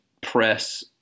press –